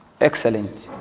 Excellent